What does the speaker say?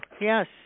Yes